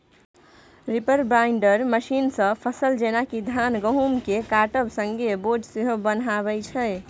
reaper binder मशीनसँ फसल जेना कि धान गहुँमकेँ काटब संगे बोझ सेहो बन्हाबै छै